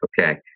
Okay